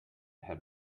had